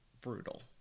brutal